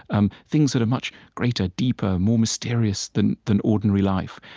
and things that are much greater, deeper, more mysterious than than ordinary life.